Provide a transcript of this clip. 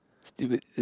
Stupid